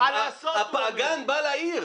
הגן בא לעיר.